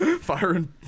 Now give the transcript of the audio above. firing